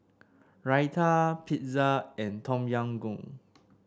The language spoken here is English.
Raita Pizza and Tom Yam Goong